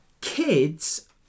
Kids